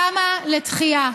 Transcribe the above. קמה לתחייה.